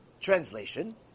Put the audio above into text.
Translation